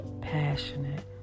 passionate